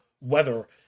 weather